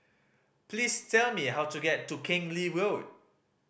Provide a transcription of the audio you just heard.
please tell me how to get to Keng Lee Road